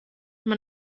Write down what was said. man